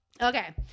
okay